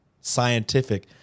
scientific